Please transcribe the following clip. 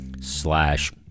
slash